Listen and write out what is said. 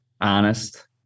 honest